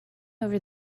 over